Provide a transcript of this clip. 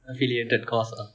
affiliated course ah